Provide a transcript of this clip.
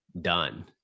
done